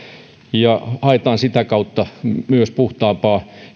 ja haetaan sitä kautta myös puhtaampaa